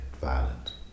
violent